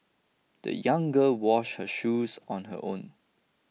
the young girl washed her shoes on her own